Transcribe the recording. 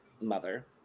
Mother